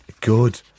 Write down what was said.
Good